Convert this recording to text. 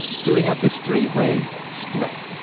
so, we have this three-way split.